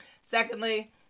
Secondly